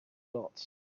dots